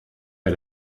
est